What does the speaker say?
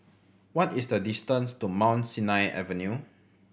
what is the distance to Mount Sinai Avenue